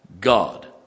God